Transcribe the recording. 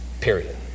period